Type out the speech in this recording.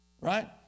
Right